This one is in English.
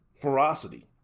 ferocity